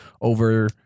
over